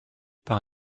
par